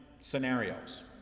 scenarios